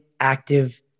active